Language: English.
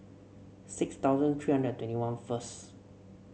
six thousand three hundred and twenty one first